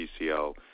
PCL